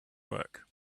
work